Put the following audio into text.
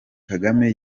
kagame